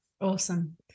Awesome